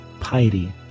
piety